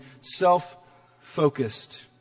self-focused